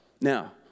Now